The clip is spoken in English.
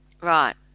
Right